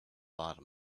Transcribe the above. body